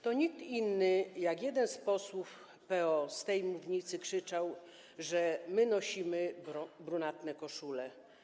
To nikt inny, tylko jeden z posłów PO z tej mównicy krzyczał, że my nosimy brunatne koszule.